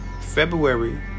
February